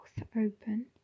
open